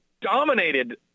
dominated